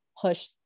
push